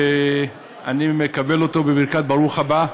אני מקבל אותו בברכת ברוך הבא.